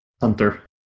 hunter